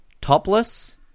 topless